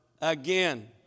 again